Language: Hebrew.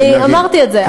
אני אמרתי את זה.